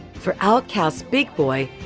for outcasts, big boy,